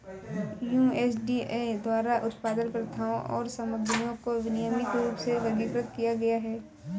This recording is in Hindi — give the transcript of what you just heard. यू.एस.डी.ए द्वारा उत्पादन प्रथाओं और सामग्रियों को विनियमित रूप में वर्गीकृत किया गया है